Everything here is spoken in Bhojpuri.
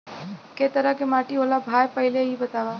कै तरह के माटी होला भाय पहिले इ बतावा?